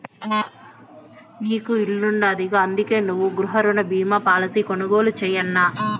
నీకు ఇల్లుండాదిగా, అందుకే నువ్వు గృహరుణ బీమా పాలసీ కొనుగోలు చేయన్నా